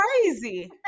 crazy